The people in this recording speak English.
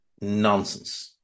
nonsense